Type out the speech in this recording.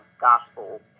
gospel